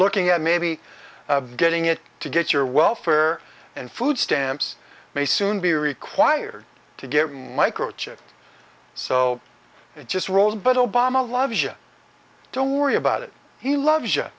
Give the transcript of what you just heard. looking at maybe getting it to get your welfare and food stamps may soon be required to get microchips so it just rolls but obama loves you don't worry about it he loves